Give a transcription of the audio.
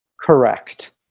Correct